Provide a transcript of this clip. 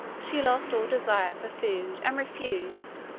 she lost all desire for food, and refused,